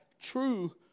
true